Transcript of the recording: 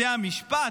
בתי המשפט,